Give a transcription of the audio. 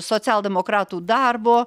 socialdemokratų darbo